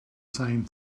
same